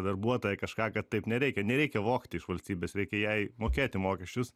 darbuotoją kažką kad taip nereikia nereikia vogti iš valstybės reikia jai mokėti mokesčius